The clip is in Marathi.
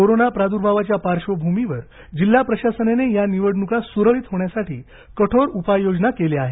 कोरोना प्रादूर्भावाच्या पार्श्वभूमीवर जिल्हा प्रशासनाने या निवडणूका सुरळीत होण्यासाठी कठोर उपाययोजना केल्या आहेत